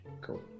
Cool